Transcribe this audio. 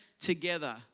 together